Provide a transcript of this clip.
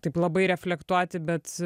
taip labai reflektuoti bet